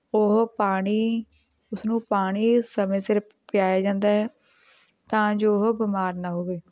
ਉਹ ਪਾਣੀ ਉਸਨੂੰ ਪਾਣੀ ਸਮੇਂ ਸਿਰ ਪਿਆਇਆ ਜਾਂਦਾ ਹੈ ਤਾਂ ਜੋ ਉਹ ਬਿਮਾਰ ਨਾ ਹੋਵੇ